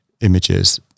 images